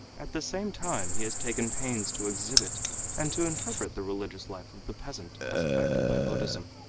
at the same time he has taken pains to exhibit and to interpret the religious life of the peasant as affected by buddhism.